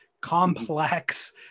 complex